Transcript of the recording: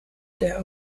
der